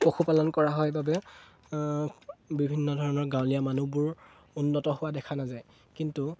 পশুপালন কৰা হয় বাবে বিভিন্ন ধৰণৰ গাঁৱলীয়া মানুহবোৰ উন্নত হোৱা দেখা নাযায় কিন্তু